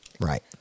Right